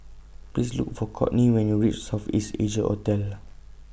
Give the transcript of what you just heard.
Please Look For Courtney when YOU REACH South East Asia Hotel